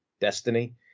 destiny